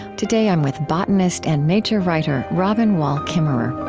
today i'm with botanist and nature writer robin wall kimmerer